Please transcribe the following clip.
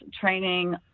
training